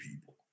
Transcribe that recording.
people